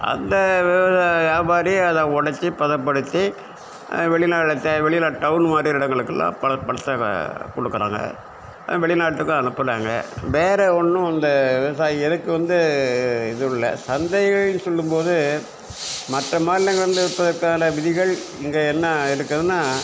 அந்த விவ வியாபாரி அதை உடச்சு பதப்படுத்தி வெளிநாடு தேவை வெளியில் டவுன் மாதிரி இடங்களுக்குலாம் பதப்படுத்தி அதை கொடுக்குறாங்க வெளிநாட்டுக்கும் அனுப்புனாங்க வேறு ஒன்றும் இந்த விவசாயிகளுக்கு வந்து இதுவு இல்லை சந்தைகன்னு சொல்லும் போது மற்ற மாநிலங்கள் வந்து விற்பதற்கான விதிகள் இங்கே என்ன இருக்குதுன்னா